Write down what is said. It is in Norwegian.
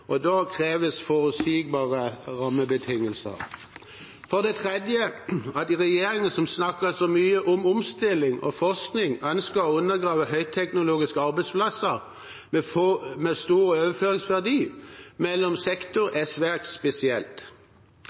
og da kreves forutsigbare rammebetingelser. For det tredje: At regjeringen som snakker så mye om omstilling og forskning, ønsker å undergrave høyteknologiske arbeidsplasser med stor overføringsverdi mellom sektorer, er svært spesielt.